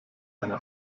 eine